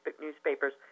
newspapers